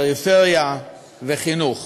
פריפריה וחינוך.